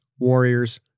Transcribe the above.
warriors